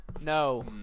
No